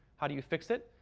how do you fix it?